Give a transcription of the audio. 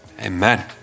amen